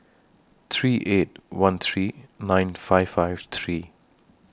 three eight one three nine five five three